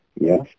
yes